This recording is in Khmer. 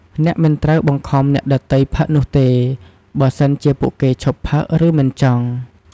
អ្នកមិនត្រូវបង្ខំអ្នកដទៃផឹកនោះទេ បើសិនជាពួកគេឈប់ផឹក ឬមិនចង់។